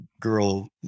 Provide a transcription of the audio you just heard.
girl